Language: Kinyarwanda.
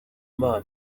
imana